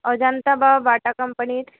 অজন্তা বা বাটা কোম্পানির